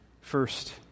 First